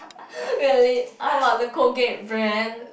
really how about the Colgate brand